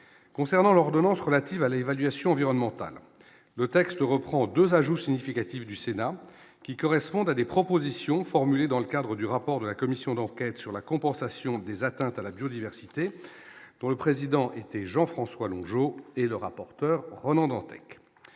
concernant l'ordonnance relative à l'évaluation environnementale, le texte reprend 2 ajouts significatifs du Sénat qui correspondent à des propositions formulées dans le cadre du rapport de la commission d'enquête sur la compensation des atteintes à la biodiversité, dont le président était Jean-François Longeau et le rapporteur Ronan Dantec,